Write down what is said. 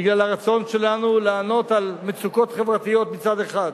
בגלל הרצון שלנו לענות על מצוקות חברתיות מצד אחד,